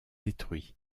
détruits